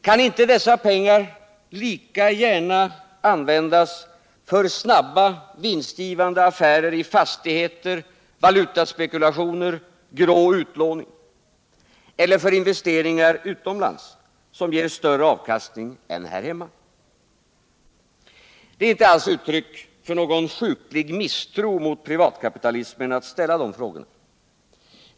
Kan inte dessa pengar lika gärna användas för snabba, vinstgivande affärer i fastigheter, valutspekulationer och grå utlåning — eller för investeringar utomlands, som ger större avkastning än här hemma? Det är inte alls uttryck för någon sjuklig misstro mot privatkapitalismen att ställa de frågorna.